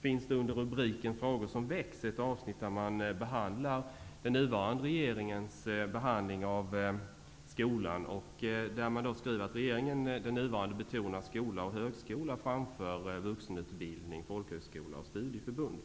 finner man under rubriken Frågor som väcks ett avsnitt där den nuvarande regeringens behandling av skolan tas upp. Av rapporten framgår att den nuvarande regeringen betonar skola och högskola framför vuxenutbildning, folkhögskola och studieförbund.